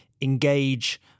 engage